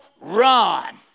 run